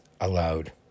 allowed